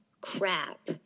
crap